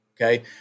Okay